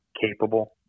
capable